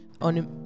On